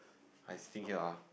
I sitting here ah